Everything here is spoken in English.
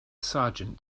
sergeant